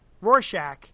Rorschach